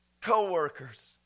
co-workers